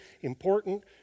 important